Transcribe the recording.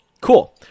Cool